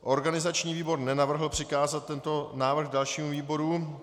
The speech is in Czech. Organizační výbor nenavrhl přikázat tento návrh dalšímu výboru.